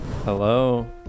Hello